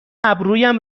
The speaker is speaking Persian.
ابرویم